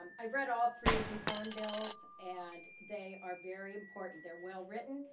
um i've read all three reform bills, and they are very important. they're well-written,